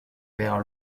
père